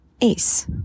ace